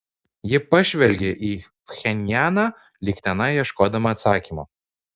ji pažvelgė į pchenjaną lyg tenai ieškodama atsakymo